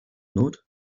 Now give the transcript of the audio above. not